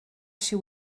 she